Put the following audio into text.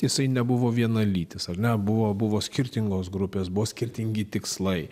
jisai nebuvo vienalytis ar ne buvo buvo skirtingos grupės buvo skirtingi tikslai